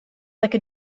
like